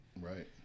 Right